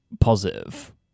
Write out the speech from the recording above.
positive